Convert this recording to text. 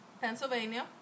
Pennsylvania